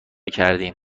کردم